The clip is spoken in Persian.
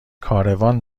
کاروان